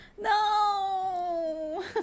no